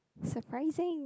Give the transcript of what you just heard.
surprising